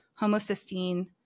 homocysteine